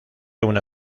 una